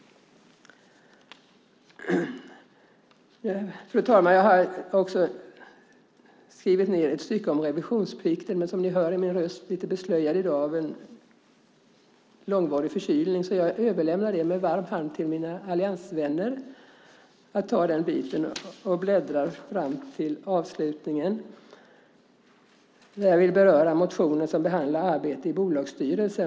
Jag hade tänkt säga något även om revisionsplikten. Men eftersom min röst i dag är lite beslöjad av en långvarig förkylning överlämnar jag med varm hand till mina alliansvänner att ta upp detta. Slutligen vill jag säga något om den motion som behandlar arbete i bolagsstyrelser.